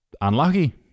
unlucky